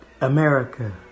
America